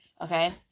Okay